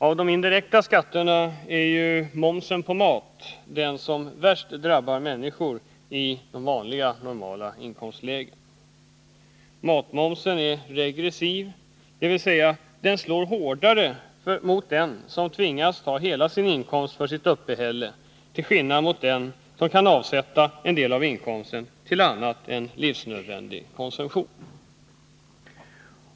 Av de indirekta skatterna är momsen på mat den som värst drabbar människor i normala inkomstlägen. Matmomsen är regressiv, dvs. den slår hårdare mot den som tvingas använda hela sin inkomst för sitt uppehälle, jämfört med den som kan avsätta en del av inkomsten till annat än livsnödvändig konsumtion.